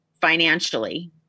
financially